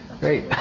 great